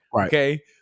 Okay